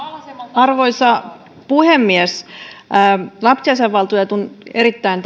arvoisa puhemies lapsiasiainvaltuutetun erittäin